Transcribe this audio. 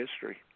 history